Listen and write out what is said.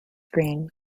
green